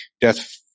death